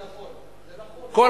זה נכון, זה נכון, זה נכון.